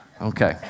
Okay